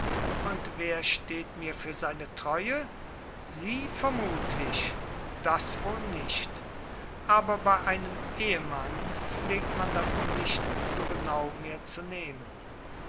und wer steht mir für seine treue sie vermutlich das wohl nicht aber bei einem ehmann pflegt man das nicht so genau mehr zu nehmen